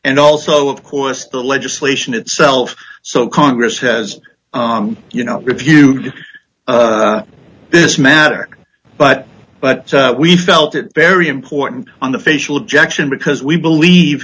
and also of course the legislation itself so congress has you know reviewed this matter but but we felt it very important on the facial objection because we believe